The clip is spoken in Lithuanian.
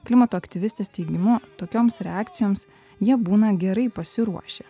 klimato aktyvistės teigimu tokioms reakcijoms jie būna gerai pasiruošę